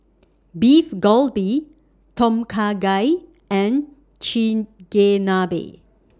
Beef Galbi Tom Kha Gai and Chigenabe